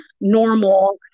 normal